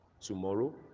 tomorrow